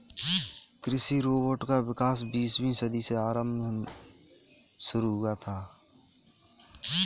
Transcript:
कृषि रोबोट का विकास बीसवीं सदी के आरंभ में शुरू हुआ था